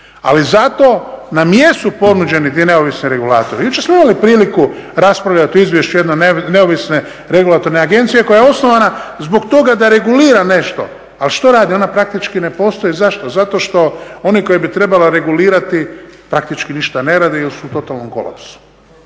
ali zato nam jesu ponuđeni ti neovisni regulatori. Jučer smo imali priliku raspravljati o izvješću jedne neovisne agencije koja je osnovana zbog toga da regulira nešto. a što radi, ona praktički ne postoji. Zašto? Zato što oni koji bi trebala regulirati praktički ništa ne rade jel su u totalnom kolapsu.